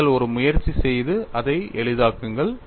நீங்கள் ஒரு முயற்சி செய்து அதை எளிதாக்குங்கள்